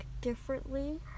differently